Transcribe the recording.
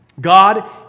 God